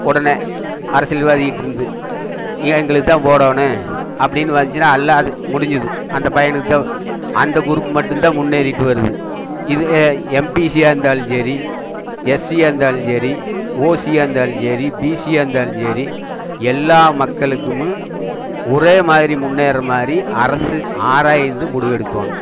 உடனே அரசியல்வாதிகிட்ருந்து இ எங்களுக்கு தான் போடணும் அப்படின்னு வந்துச்சினா எல்லாம் முடிஞ்சுது அந்த பையனுக்கு தான் அந்த குரூப் மட்டும் தான் முன்னேறிகிட்டு வருது இது எம்பிசியாக இருந்தாலும் சரி எஸ்சியாக இருந்தாலும் சரி ஓசியாக இருந்தாலும் சரி பிசியாக இருந்தாலும் சரி எல்லா மக்களுக்கும் ஒரே மாதிரி முன்னேற மாதிரி அரசு ஆராய்ந்து முடிவெடுக்கணும்